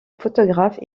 photographe